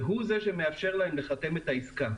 והוא זה שמאפשר להם לחתום את העסקה.